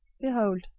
Behold